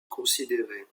considéré